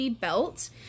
belt